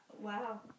wow